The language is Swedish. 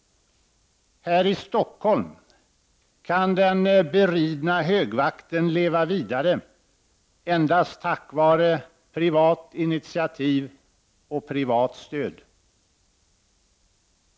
Här i Stockholm kan den beridna högvakten leva vidare endast tack vare privat initiativ och privat stöd.